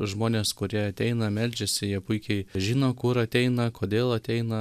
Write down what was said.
žmonės kurie ateina meldžiasi jie puikiai žino kur ateina kodėl ateina